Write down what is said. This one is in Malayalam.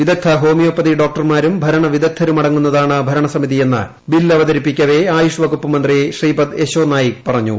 വിദഗ്ധ ഹോമിയോപ്പതി ഡോക്ടർമാരും ഭരണ വിദഗ്ധരും അടങ്ങുന്നതാണ് ഭരണസമിതിയെന്ന് ബിൽ അവതരിപ്പിക്കവെ ആയുഷ് വകുപ്പ് മത്ത്രി ശ്രീപാദ് യെശോനായിക് പറഞ്ഞു